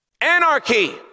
Anarchy